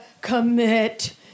commit